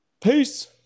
Peace